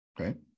okay